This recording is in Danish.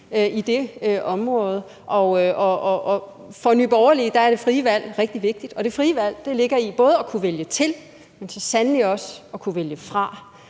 i det område. For Nye Borgerlige er det frie valg rigtig vigtigt, og det frie valg ligger i både at kunne vælge til, men så sandelig også at kunne vælge fra.